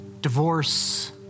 Divorce